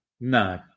No